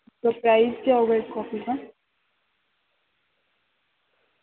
تو پرائز کیا ہوگا اس کافی کا